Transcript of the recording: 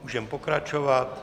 Můžeme pokračovat.